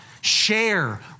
share